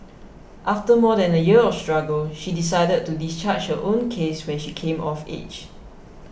after more than a year of struggle she decided to discharge her own case when she came of age